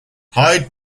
hyde